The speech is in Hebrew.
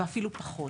ואפילו פחות.